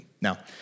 Now